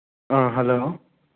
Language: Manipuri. ꯑ ꯍꯜꯂꯣ